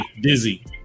Dizzy